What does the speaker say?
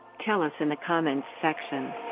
tell us in the comments section.